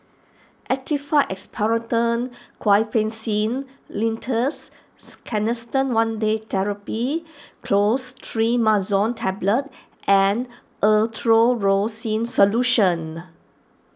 Actified Expectorant Guaiphenesin Linctus Canesten one Day therapy Clostrimazole Tablet and Erythroymycin Solution